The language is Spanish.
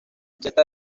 celta